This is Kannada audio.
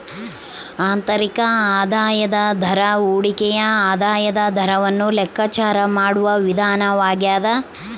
ಆಂತರಿಕ ಆದಾಯದ ದರ ಹೂಡಿಕೆಯ ಆದಾಯದ ದರವನ್ನು ಲೆಕ್ಕಾಚಾರ ಮಾಡುವ ವಿಧಾನವಾಗ್ಯದ